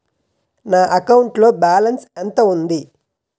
నా అకౌంట్ లో బాలన్స్ ఎంత ఉంది?